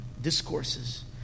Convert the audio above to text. discourses